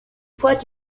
poids